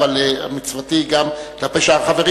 אבל מצוותי היא גם כלפי שאר החברים.